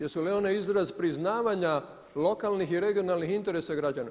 Jesu li one izraz priznavanja lokalnih i regionalnih interesa građana?